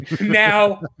Now